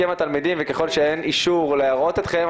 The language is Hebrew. ככל שאין אישור להראות אתכם,